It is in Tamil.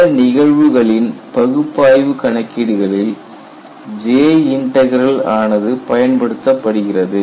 சில நிகழ்வுகளின் பகுப்பாய்வு கணக்கீடுகளில் J இன்டக்ரல் ஆனது பயன்படுத்தப்படுகிறது